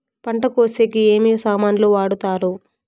పంట కోసేకి ఏమి సామాన్లు వాడుతారు?